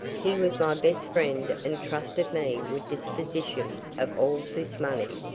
he was my best friend and trusted me with disposition of all this money.